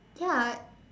ya